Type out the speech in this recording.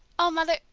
oh, mother,